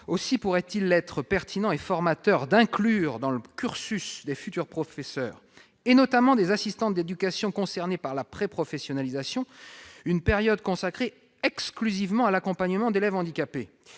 Aussi pourrait-il être pertinent et formateur d'inclure dans le cursus des futurs professeurs, notamment des assistants d'éducation concernés par la préprofessionnalisation, une période consacrée exclusivement à l'accompagnement d'élèves handicapés.